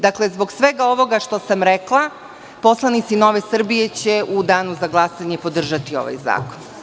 Dakle, zbog svega ovoga što sam rekla, poslanici Nove Srbije će u danu za glasanje podržati ovaj zakon.